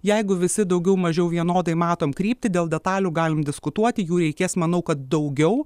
jeigu visi daugiau mažiau vienodai matom kryptį dėl detalių galim diskutuoti jų reikės manau kad daugiau